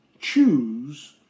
choose